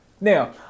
Now